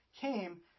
came